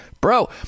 bro